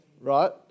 right